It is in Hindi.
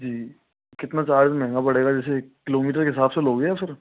जी कितना चार्ज महंगा पड़ेगा जैसे किलोमीटर के हिसाब से लोगे या फिर